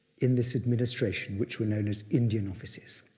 in this administration which were known as indian offices.